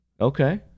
Okay